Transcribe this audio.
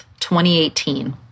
2018